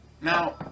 Now